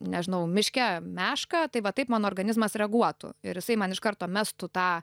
nežinau miške mešką tai va taip mano organizmas reaguotų ir jisai man iš karto mestų tą